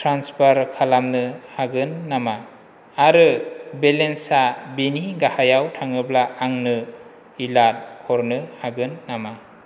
transfer खालामनो हागोन नामा आरो बेलेन्सआ बेनि गाहायाव थाङोब्ला आंनो एलार्ट हरनो हागोन नामा